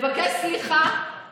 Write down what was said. את בקואליציה או באופוזיציה?